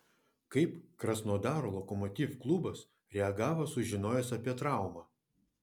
kaip krasnodaro lokomotiv klubas reagavo sužinojęs apie traumą